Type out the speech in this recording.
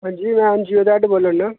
हांजी में जियो दा हैड बोल्ला ना